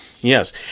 Yes